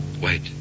Wait